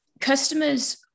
customers